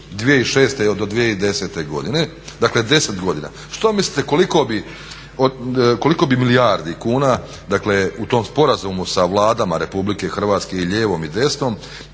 2006. do 2010. godine. Dakle, 10 godina. Što mislite koliko bi milijardi kuna, dakle u tom sporazumu sa Vladama RH i lijevom i desnom